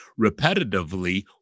repetitively